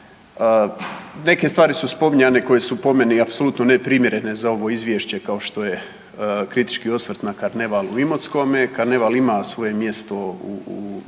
Neke stvari su spominjanje koje su po meni apsolutno neprimjerene za ovo izvješće, kao što je kritički osvrt na karneval u Imotskome. Karneval ima svoje mjesto u kršćanskoj